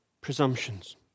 presumptions